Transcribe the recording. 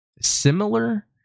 similar